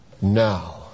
Now